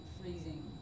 freezing